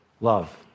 love